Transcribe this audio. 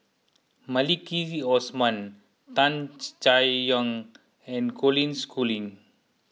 Maliki Osman Tan Chay Yan and Colin Schooling